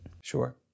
Sure